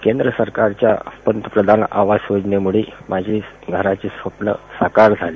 केंद्र सरकारच्या पंतप्रधान आवास योजनेमुळे माझे घराचे स्वप्न साकार झाले